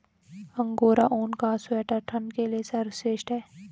angora ऊन का sweater ठंड के लिए सर्वश्रेष्ठ है